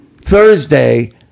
thursday